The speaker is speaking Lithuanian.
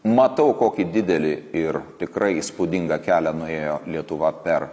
matau kokį didelį ir tikrai įspūdingą kelią nuėjo lietuva per